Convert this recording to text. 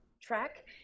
track